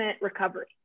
recovery